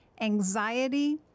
anxiety